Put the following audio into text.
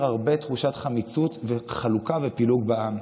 הרבה תחושת חמיצות וחלוקה ופילוג בעם.